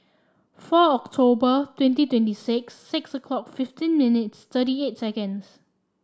four October twenty twenty six six o'clock fifteen minutes thirty eight seconds